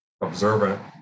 observant